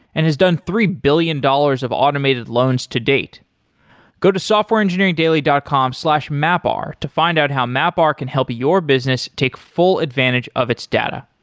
and has done three billion dollars of automated loans to date go to softwareengineeringdaily dot com slash mapr to find out how mapr can help your business take full advantage of its data.